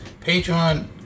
Patreon